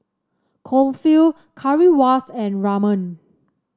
Kulfi Currywurst and Ramen